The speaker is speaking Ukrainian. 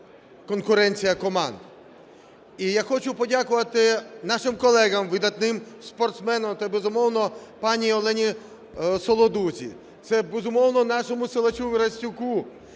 конкуренція команд. І я хочу подякувати нашим колегам - видатним спортсменам, та, безумовно, пані Олені Солодусі, це, безумовно, нашому силачу Вірастюку.